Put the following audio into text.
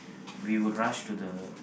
we would rush to the